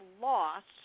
lost